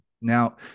Now